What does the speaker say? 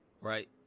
right